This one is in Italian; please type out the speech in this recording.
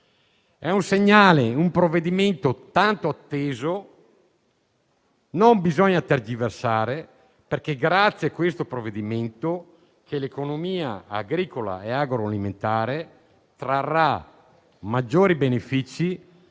È un segnale, in un provvedimento tanto atteso, non bisogna tergiversare perché è grazie a questo provvedimento che l'economia agricola e agroalimentare trarrà maggiori benefici